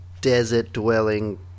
desert-dwelling